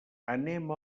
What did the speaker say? anem